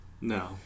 No